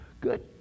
Good